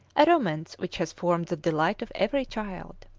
a romance which has formed the delight of every child.